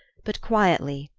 but quietly,